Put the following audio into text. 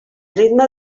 ritme